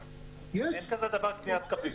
אין דבר כזה קניית קווים.